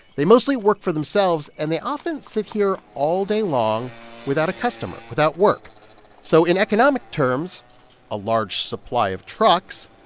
they mostly work for themselves, and they often sit here all day long without a customer, without work so in economic terms a large supply of trucks,